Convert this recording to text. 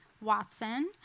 Watson